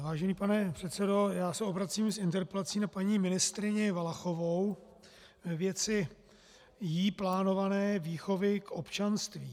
Vážený pane předsedo, já se obracím s interpelací na paní ministryni Valachovou ve věci jí plánované výchovy k občanství.